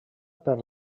per